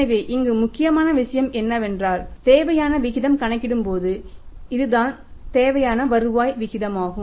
எனவே இங்கு முக்கியமான விஷயம் என்னவென்றால்தேவையான வருமான விகிதம் கணக்கிடும்போது இது தான் தேவையான வருவாய் வீதமாகும்